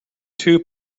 two